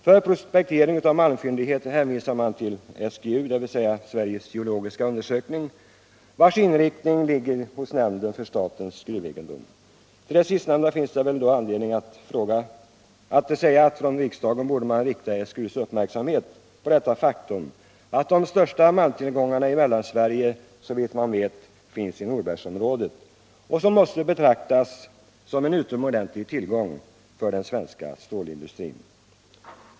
För prospektering av malmfyndigheterna hänvisar man till SGU, dvs. Sveriges geologiska undersökning, vars inriktning nämnden för statens gruvegendom ansvarar för. Till det sistnämnda finns det anledning att säga att man från riksdagen borde rikta SGU:s uppmärksamhet på att de:största malmfyndigheterna i Mellansverige finns, såvitt man vet, i Norbergsområdet och måste betraktas som en utomordentlig tillgång för den svenska stålindustrin.